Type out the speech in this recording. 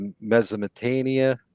Mesopotamia